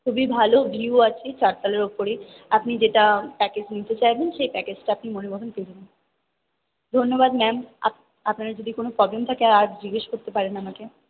খুবই ভালো ভিউ আছে চারতলার ওপরে আপনি যেটা প্যাকেজ নিতে চাইবেন সেই প্যাকেজটা আপনি মনের মতন পেয়ে যাবেন ধন্যবাদ ম্যাম আপনার যদি কোনো প্রবলেম থাকে আর জিজ্ঞেস করতে পারেন আমাকে